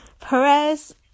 Perez